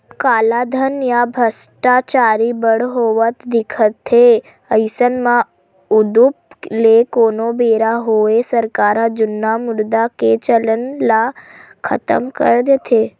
कालाधन या भस्टाचारी बड़ होवत दिखथे अइसन म उदुप ले कोनो बेरा होवय सरकार ह जुन्ना मुद्रा के चलन ल खतम कर देथे